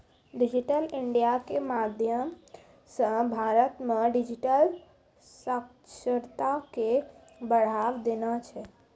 digital India के माध्यम से भारत मे डिजिटल साक्षरता के बढ़ावा देना छै